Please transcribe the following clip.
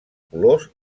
colors